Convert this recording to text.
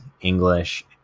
English